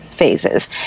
phases